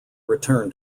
return